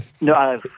No